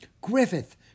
Griffith